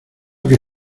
que